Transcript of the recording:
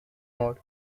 mode